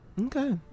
Okay